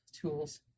tools